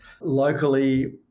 locally